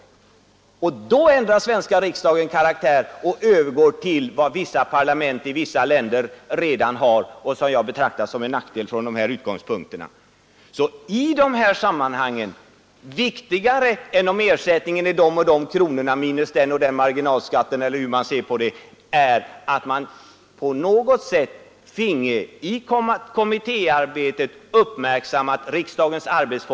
Och då ändrar den svenska riksdagen karaktär och övergår till att vara vad vissa parlament i vissa länder redan är, vilket jag betraktar som en nackdel från de här utgångspunkterna. I de här sammanhangen är det alltså viktigare än om ersättningen är så eller så många kronor minus den eller den marginalskatten — eller hur man nu ser på det — att riksdagens arbetsformer på något sätt uppmärksammas i kommittéarbetet.